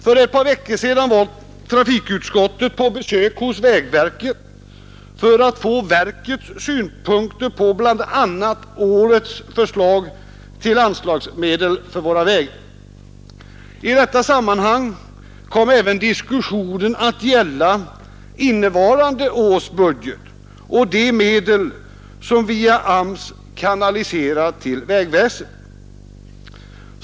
För ett par veckor sedan var trafikutskottet på besök hos vägverket för att få verkets synpunkter på bl.a. årets förslag till anslagsmedel för våra vägar. I detta sammanhang kom även diskussionen att gälla innevarande års budget och de medel som via AMS kanaliseras till vägväseendet.